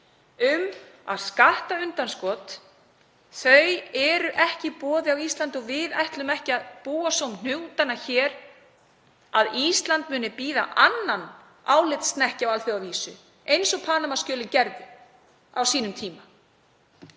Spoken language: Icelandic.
um að skattundanskot séu ekki í boði á Íslandi og við ætlum ekki að búa svo um hnútana hér að Ísland muni bíða annan álitshnekki á alþjóðavísu eins og Panama-skjölin voru á sínum tíma,